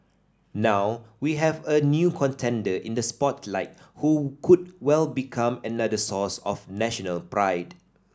now we have a new contender in the spotlight who could well become another source of national pride